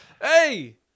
Hey